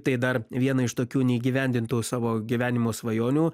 tai dar vieną iš tokių neįgyvendintų savo gyvenimo svajonių